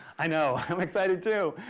i know. i'm excited too.